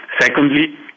Secondly